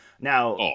Now